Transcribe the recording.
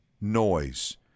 noise